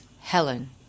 helen